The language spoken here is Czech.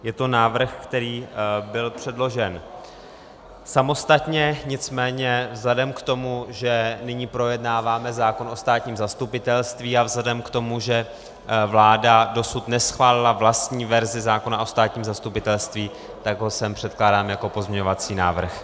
Je to návrh, který byl předložen samostatně, nicméně vzhledem k tomu, že nyní projednáváme zákon o státním zastupitelství, a vzhledem k tomu, že vláda dosud neschválila vlastní verzi zákona o státním zastupitelství, tak ho sem předkládám jako pozměňovací návrh.